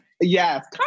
Yes